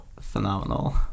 phenomenal